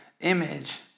image